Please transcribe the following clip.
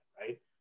right